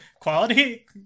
Quality